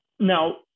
Now